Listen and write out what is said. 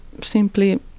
simply